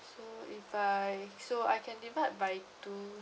so if I so I can divide by two